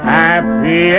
happy